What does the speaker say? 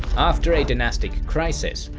after a dynastic crisis,